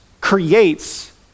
creates